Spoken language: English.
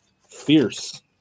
fierce